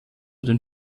den